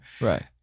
Right